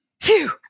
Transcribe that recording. Phew